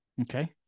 Okay